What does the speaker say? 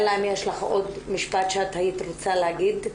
אלא אם יש לך עוד משפט שאת היית רוצה להגיד.